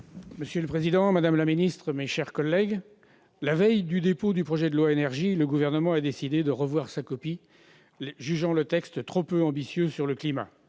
Monsieur le président, madame la secrétaire d'État, mes chers collègues, la veille du dépôt du projet de loi Énergie, le Gouvernement a décidé de revoir sa copie, jugeant le texte trop peu ambitieux sur le climat.